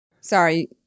Sorry